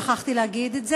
שכחתי להגיד את זה,